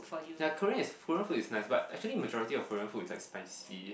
ya Korean is Korean food is nice but actually majority of Korean food is like spicy